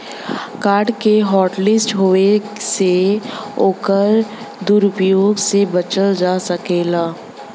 card के hotlist होये से ओकर दुरूप्रयोग से बचल जा सकलै